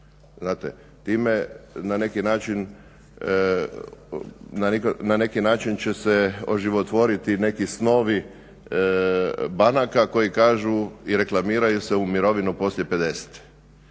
znate. Time na neki način će se oživotvoriti neki snovi banaka koji kažu i reklamiraju se u mirovinu poslije